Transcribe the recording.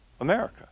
America